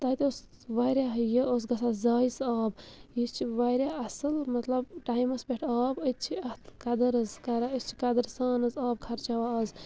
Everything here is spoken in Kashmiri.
تَتہِ اوس واریاہ یہِ اوس گژھان زایہِ سُہ آب یہِ چھِ واریاہ اَصٕل مطلب ٹایمَس پٮ۪ٹھ آب أتۍ چھِ اَتھ قدٕر حظ کَران أسۍ چھِ قدرٕ سان حظ آب خَرچاوان آز